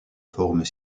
formes